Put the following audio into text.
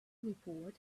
report